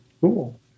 cool